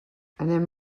anem